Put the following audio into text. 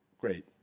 great